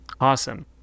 Awesome